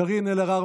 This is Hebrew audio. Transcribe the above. קארין אלהרר,